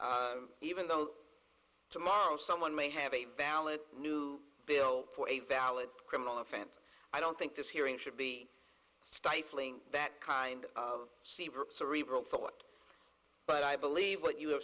even though tomorrow someone may have a valid new bill for a valid criminal offense i don't think this hearing should be stifling that kind of cerebral thought but i believe what you